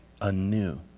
anew